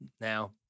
now